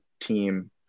team